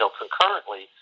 concurrently